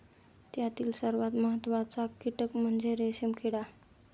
त्यातील सर्वात महत्त्वाचा कीटक म्हणजे रेशीम किडा